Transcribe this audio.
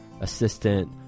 assistant